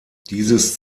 dieses